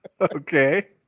Okay